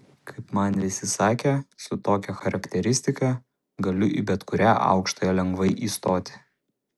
kaip man visi sakė su tokia charakteristika galiu į bet kurią aukštąją lengvai įstoti